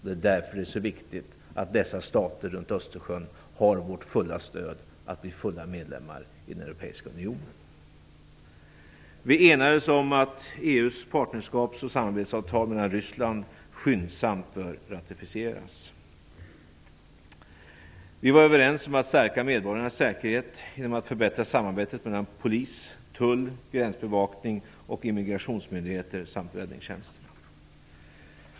Det är därför det är så viktigt att dessa stater runt Östersjön har vårt fulla stöd att bli fullvärdiga medlemmar i den europeiska unionen. Vi enades om att EU:s partnerskaps och samarbetsavtal med Ryssland skyndsamt bör ratificeras. Vi var överens om att stärka medborgarnas säkerhet och att förbättra samarbetet mellan polis, tull, gränsbevakning, immigrationsmyndigheter och räddningstjänst.